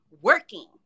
working